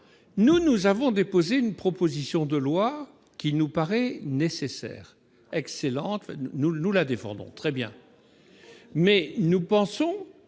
nous, nous avons déposé une proposition de loi qui nous paraît nécessaire excellente fin nous le nous la défendrons très bien, mais nous pensons